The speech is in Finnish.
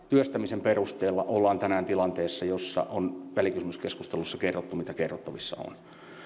työstämisen perusteella ollaan tänään tilanteessa josta on välikysymyskeskustelussa kerrottu mitä kerrottavissa on